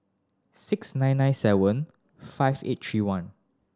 six nine nine seven five eight three one